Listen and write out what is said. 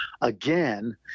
Again